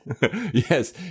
Yes